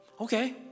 okay